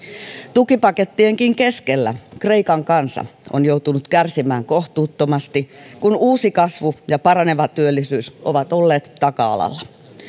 tukipakettienkin keskellä kreikan kansa on joutunut kärsimään kohtuuttomasti kun uusi kasvu ja paraneva työllisyys ovat olleet taka alalla